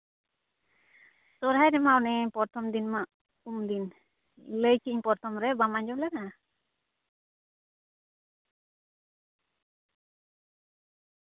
ᱥᱚᱨᱦᱟᱭ ᱨᱮᱢᱟ ᱚᱱᱮ ᱯᱚᱨᱛᱷᱚᱢ ᱫᱤᱱ ᱢᱟ ᱯᱩᱱ ᱫᱤᱱ ᱞᱟᱹᱭ ᱠᱮᱫ ᱤᱧ ᱯᱚᱨᱛᱷᱚᱢ ᱨᱮ ᱵᱟᱢ ᱟᱸᱡᱚᱢ ᱞᱮᱫᱟ